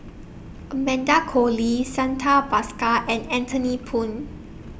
Amanda Koe Lee Santha Bhaskar and Anthony Poon